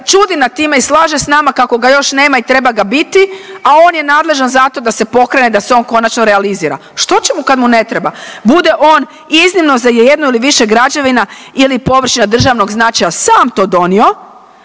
čudi nad time i slaže s nama kako ga još nema i treba ga biti, a on je nadležan za to da se pokrene, da se on konačno realizira. Što će mu kad mu ne treba? Bude on iznimno za jednu ili više građevina ili površina od državnog značaja sam to donio,